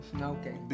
Okay